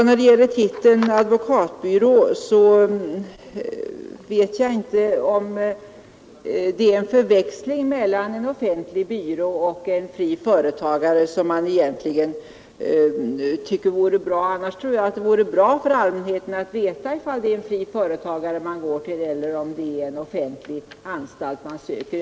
När det gäller beteckningen advokatbyrå vet jag inte om man egentligen eftersträvar en förväxling mellan en offentlig byrå och en fri företagare. Annars tror jag att det vore bra för allmänheten att veta om det är en fri företagare man går till eller om det är en offentlig anstalt man söker.